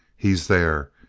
he's there,